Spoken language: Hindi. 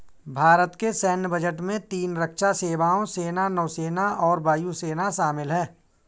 भारत के सैन्य बजट में तीन रक्षा सेवाओं, सेना, नौसेना और वायु सेना शामिल है